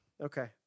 Okay